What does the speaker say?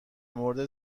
مورد